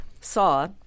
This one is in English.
saw